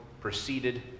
proceeded